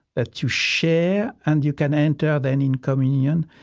that you share, and you can enter then in communion,